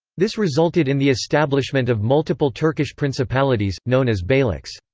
this resulted in the establishment of multiple turkish principalities, known as beyliks.